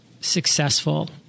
successful